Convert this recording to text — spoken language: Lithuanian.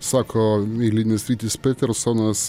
sako eilinis rytis petersonas